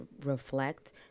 reflect